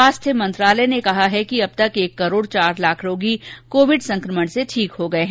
स्वास्थ्य मंत्रालय ने कहा है कि अब तक एक करोड चार लाख रोगी कोविड संक्रमण से ठीक हो गये हैं